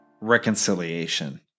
reconciliation